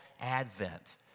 Advent